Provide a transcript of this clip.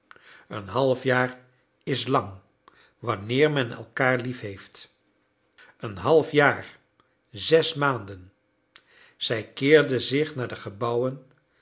een halfjaar is lang wanneer men elkaar liefheeft een halfjaar zes maanden zij keerde zich naar de gebouwen